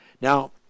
Now